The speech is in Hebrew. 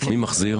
מי מחזיר?